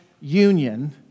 union